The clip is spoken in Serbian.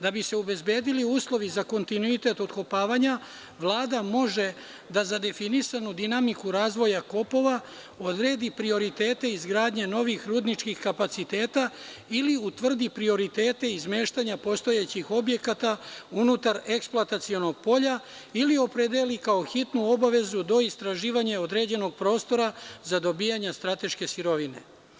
Da bi se obezbedili uslovi za kontinuitet otkopavanja, Vlada može da za definisanu dinamiku razvoja kopova odredi prioritete izgradnje novih rudničkih kapaciteta ili utvrdi prioritete izmeštanja postojećih objekata unutar eksploatacionog polja, ili opredeli kao hitnu obavezu do istraživanja određenog prostora za dobijanje strateške sirovine.